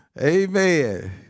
Amen